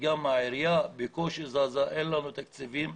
העירייה בקושי זזה ואין לנו תקציבים.